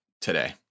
today